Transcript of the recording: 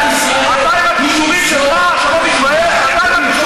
והיום הוא שם את עצמו לפני מדינת ישראל,